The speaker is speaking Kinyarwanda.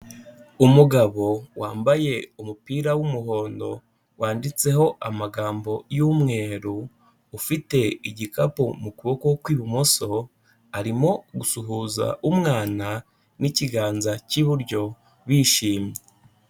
Umugabo wambaye umupira w'umuhondo, wanditseho amagambo y'umweru, ufite igikapu mu kuboko kw'ibumoso, arimo gusuhuza umwana n'ikiganza cy'iburyo bishimye.